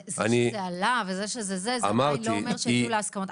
זה שזה עלה זה עדיין לא אומר שהגיעו להסכמות.